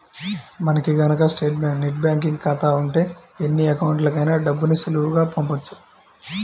మనకి గనక net banking ఖాతా ఉంటే ఎన్ని అకౌంట్లకైనా డబ్బుని సులువుగా పంపొచ్చు